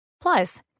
Plus